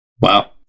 Wow